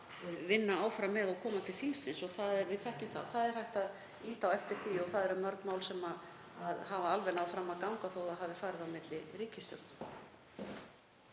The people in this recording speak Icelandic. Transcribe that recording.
vinna áfram með og koma til þingsins. Við þekkjum það að hægt er að ýta á eftir því og það eru mörg mál sem hafa náð fram að ganga þó að þau hafi farið á milli ríkisstjórna.